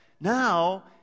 Now